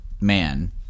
man